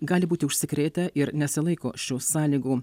gali būti užsikrėtę ir nesilaiko šių sąlygų